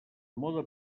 mode